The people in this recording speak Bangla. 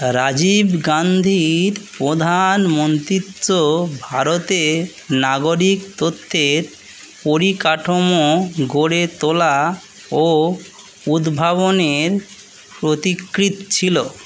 রাজীব গান্ধীর প্রধানমন্ত্রীত্ব ভারতে নাগরিক তথ্যের পরিকাঠামো গড়ে তোলা ও উদ্ভাবনের পথিকৃৎ ছিল